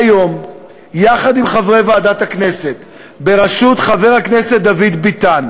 שהיום יחד עם חברי ועדת הכנסת בראשות חבר הכנסת דוד ביטן,